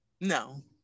No